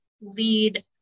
lead